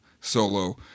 solo